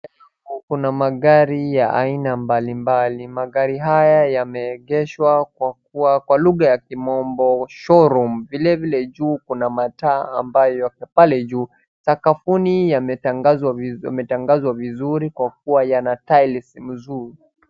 Kuna magari ya aina mbalimbali. Magari haya yameegeshwa kwa kuwa kwa lugha ya kimombo showroom . Vilevile juu kuna mataa ambayo yako pale juu. Sakafuni yametandazwa vizuri kwa kuwa yana tiles mzuri.